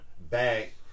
bag